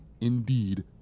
Indeed